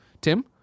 tim